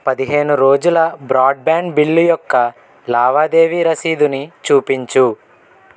పదిహేను రోజుల broadband bill యొక్క లావాదేవీ రసీదుని చూపించు